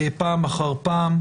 פעם אחר פעם.